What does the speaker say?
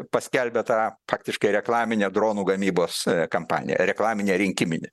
paskelbė tą faktiškai reklaminę dronų gamybos kampaniją reklaminę rinkiminį